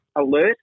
alert